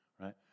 Right